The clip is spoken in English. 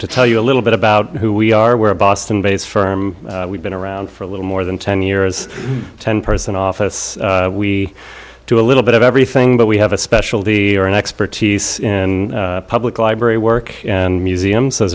to tell you a little bit about who we are we're a boston based firm we've been around for a little more than ten years ten person office we do a little bit of everything but we have a specialty or an expertise in public library work and museums